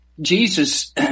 Jesus